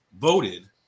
voted